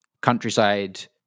countryside